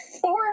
four